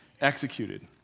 executed